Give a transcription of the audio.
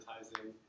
advertising